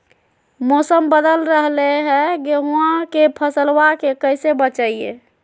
मौसम बदल रहलै है गेहूँआ के फसलबा के कैसे बचैये?